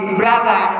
brother